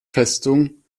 festung